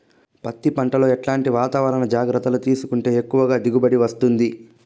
పత్తి పంట లో ఎట్లాంటి వాతావరణ జాగ్రత్తలు తీసుకుంటే ఎక్కువగా దిగుబడి వస్తుంది?